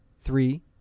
three